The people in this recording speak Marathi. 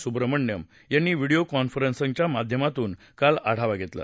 सुब्रमण्यम यांनी व्हिडीओ कॉन्फरन्सच्या माध्यमातून काल आढावा घेतला